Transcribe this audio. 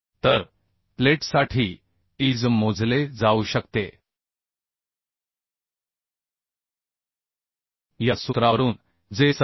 तर प्लेटसाठी Iz मोजले जाऊ शकते या सूत्रावरून जे 17001